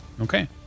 okay